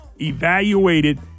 evaluated